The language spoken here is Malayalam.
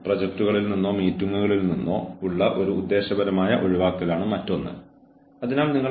ഇതുപോലെയുള്ള എന്തെങ്കിലും ഒരു ജീവനക്കാരന്റെ മനോവീര്യം ശരിക്കും താഴ്ത്താൻ കഴിയും